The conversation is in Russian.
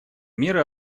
меры